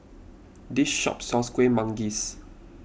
this shop sells Kueh Manggis